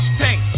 tank